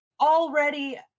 already